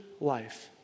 life